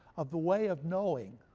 of the way of knowing.